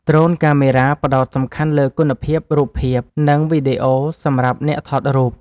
ដ្រូនកាមេរ៉ា ផ្ដោតសំខាន់លើគុណភាពរូបភាព និងវីដេអូសម្រាប់អ្នកថតរូប។